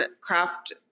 craft